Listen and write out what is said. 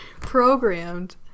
programmed